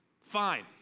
Fine